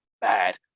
Bad